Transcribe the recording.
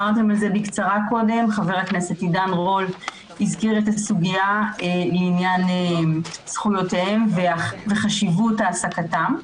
חבר הכנסת עידן רול הזכיר את הסוגיה לעניין זכויותיהם וחשיבות העסקתם.